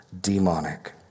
Demonic